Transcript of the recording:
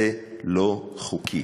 זה לא חוקי.